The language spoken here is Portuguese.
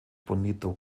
bonito